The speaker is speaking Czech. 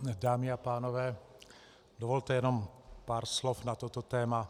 Dámy a pánové, dovolte jenom pár slov na toto téma.